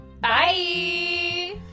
bye